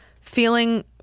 Feeling